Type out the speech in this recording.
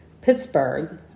Pittsburgh